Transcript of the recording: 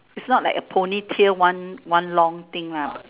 is not like a Pony tail one one long thing lah